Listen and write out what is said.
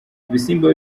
ibisimba